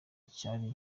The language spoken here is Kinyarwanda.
cyari